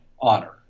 honor